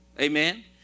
Amen